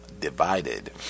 divided